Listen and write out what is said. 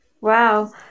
Wow